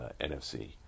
NFC